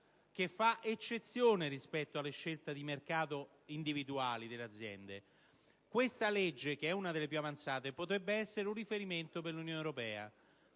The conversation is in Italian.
che fa eccezione rispetto alle scelte di mercato individuali delle aziende. Questa legge, che, lo ribadisco, è una delle più avanzate, potrebbe essere presa come riferimento per l'Unione europea.